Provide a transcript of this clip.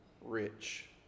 rich